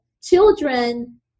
children